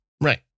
Right